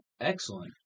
excellent